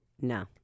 No